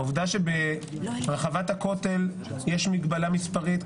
העובדה שברחבת הכותל יש מגבלה מספרית,